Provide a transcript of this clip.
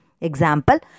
Example